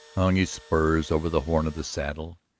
hung his spurs over the horn of the saddle,